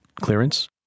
clearance